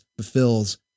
fulfills